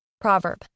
Proverb